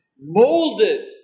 molded